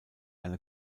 eine